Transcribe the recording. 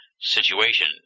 situation